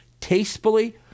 tastefully